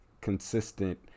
consistent